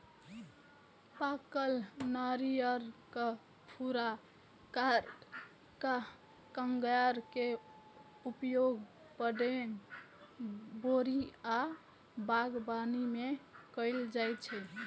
पाकल नारियलक भूरा कॉयर के उपयोग पैडिंग, बोरी आ बागवानी मे कैल जाइ छै